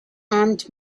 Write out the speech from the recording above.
armed